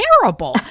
Terrible